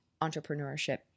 entrepreneurship